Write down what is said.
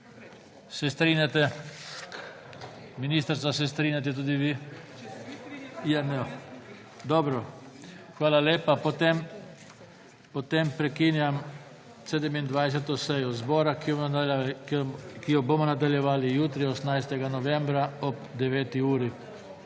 Se strinjate? Ministrica, se strinjate tudi vi? Dobro. Hvala lepa. Potem prekinjam 27. sejo zbora, ki jo bomo nadaljevali jutri, 18. novembra, ob 9. uri.